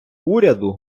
уряду